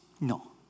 No